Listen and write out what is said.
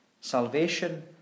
Salvation